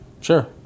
sure